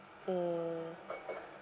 mm